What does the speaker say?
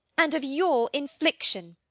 and of your infliction!